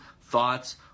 thoughts